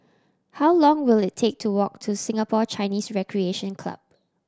how long will it take to walk to Singapore Chinese Recreation Club